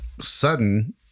sudden